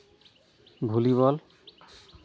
volleyball